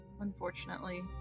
unfortunately